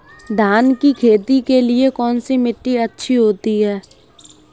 धान की खेती के लिए कौनसी मिट्टी अच्छी होती है?